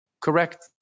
correct